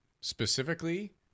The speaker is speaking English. specifically